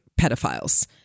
pedophiles